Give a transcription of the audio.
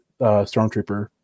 Stormtrooper